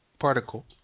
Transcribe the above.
particle